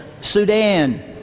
Sudan